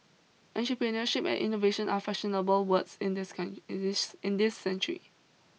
entrepreneurship and innovation are fashionable words in this con in this in this century